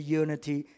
unity